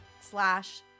slash